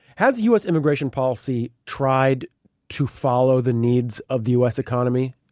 has u s. immigration policy tried to follow the needs of the u s. economy?